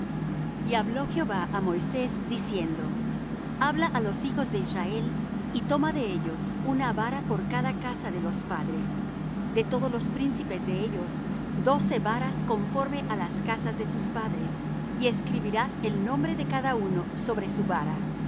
y hablo jehová á moisés diciendo habla á los hijos de israel y toma de ellos una vara por cada casa de los padres de todos los príncipes de ellos doce varas conforme á las casas de sus padres y escribirás el nombre de cada uno sobre su vara